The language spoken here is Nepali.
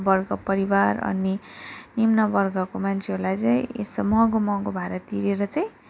वर्ग परिवार अनि निम्न वर्गको मान्छेहरूलाई चाहिँ यस्तो महँगो महँगो भारा तिरेर चाहिँ